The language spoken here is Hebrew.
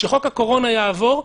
כשחוק הקורונה יעבור,